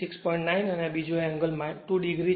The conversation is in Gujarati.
9 o છે અને બીજો એંગલ આ એંગલ 2 o